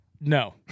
No